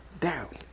down